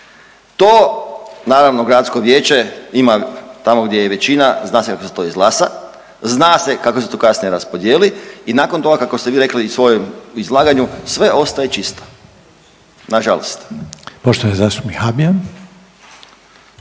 To naravno gradsko vijeće ima tamo gdje je većina zna se kako se to izglasa, zna se kako se to kasnije raspodijeli i nakon toga kako ste vi rekli u svojem izlaganju sve ostaje čisto. Nažalost. **Reiner, Željko